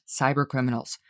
cybercriminals